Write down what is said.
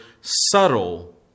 subtle